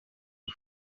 ubu